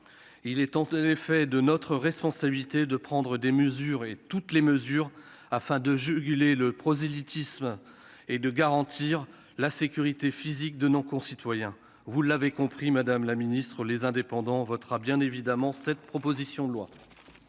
Il est en effet de notre responsabilité de prendre toutes les mesures possibles afin de juguler le prosélytisme et de garantir la sécurité physique de nos concitoyens. Vous l'avez compris, mes chers collègues, le groupe Les Indépendants votera bien évidemment cette proposition de loi.